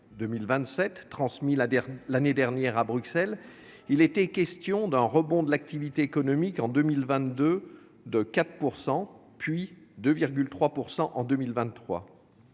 2021-2027 transmis l'année dernière à Bruxelles, il était question d'un rebond de l'activité économique de 4 % en 2022, puis de 2,3 % en 2023.